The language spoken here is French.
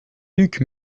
luc